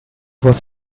was